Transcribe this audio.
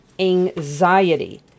anxiety